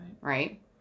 Right